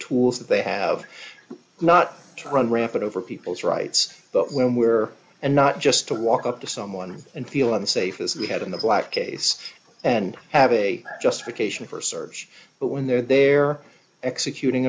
tools that they have not run rampant over people's rights but when we're and not just to walk up to someone and feel unsafe as we had in the black case and have a justification for search but when they're there executing